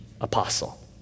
apostle